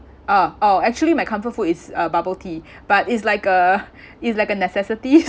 uh oh actually my comfort food is uh bubble tea but it's like a it's like a necessity